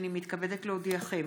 הינני מתכבדת להודיעכם,